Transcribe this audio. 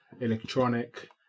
electronic